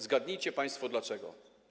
Zgadnijcie państwo, dlaczego.